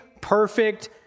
perfect